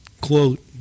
quote